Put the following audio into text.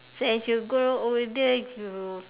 so as you grow older you